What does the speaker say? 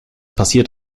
passiert